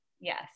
Yes